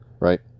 Right